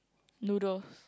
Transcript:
noodles